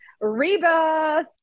rebirth